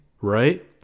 right